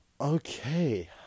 Okay